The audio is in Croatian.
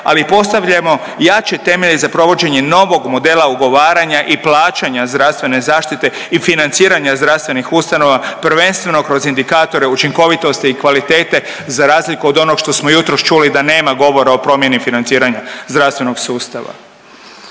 ali i postavljamo jače temelje za provođenje novog modela ugovaranja i plaćanja zdravstvene zaštite i financiranja zdravstvenih ustanova prvenstveno kroz indikatore učinkovitosti i kvalitete za razliku od onoga što smo jutros čuli da nema govora o promjeni financiranja zdravstvenog sustava.